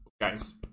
guys